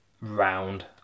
round